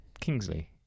Kingsley